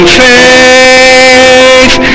faith